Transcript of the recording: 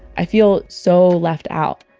i feel so left out.